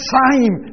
time